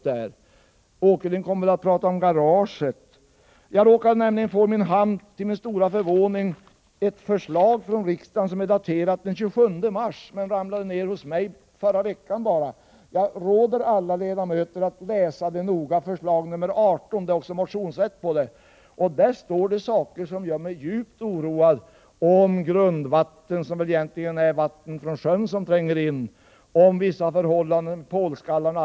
Senare i debatten kommer Allan Åkerlind att tala om garaget. Till min stora förvåning råkade jag få i min hand ett förslag från riksdagen som är daterat den 27 mars. Men förslaget hamnade hos mig så sent som förra veckan. Jag råder alla ledamöter att noga läsa förslag nr 18. Jag vill också erinra om att vi i detta sammanhang har rätt att väcka motioner. När det gäller detta förslag finns det saker som gör mig djupt oroad. Det gäller t.ex. grundvattnet. Egentligen är det väl fråga om vatten från sjön som tränger in. Vidare gäller det vissa andra förhållanden — pålskallar etc.